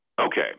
Okay